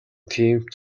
тийм